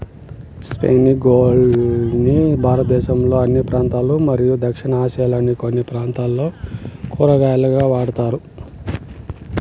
spiny gourd ని భారతదేశంలోని అన్ని ప్రాంతాలలో మరియు దక్షిణ ఆసియాలోని కొన్ని ప్రాంతాలలో కూరగాయగా వాడుతారు